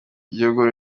igihugu